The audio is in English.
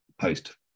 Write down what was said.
post